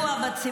אז די, אז די.